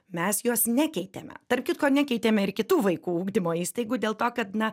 mes jos nekeitėme tarp kitko nekeitėme ir kitų vaikų ugdymo įstaigų dėl to kad na